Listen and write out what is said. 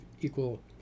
equal